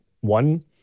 one